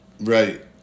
Right